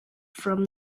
from